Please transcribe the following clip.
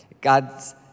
God's